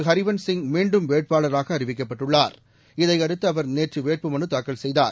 ஹரிவன்ஸ் சிங் மீண்டும் வேட்பாளராக அறிவிக்கப்பட்டுள்ளார் இதையடுத்து அவர் நேற்று வேட்பு மனு தாக்கல் செய்தார்